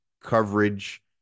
coverage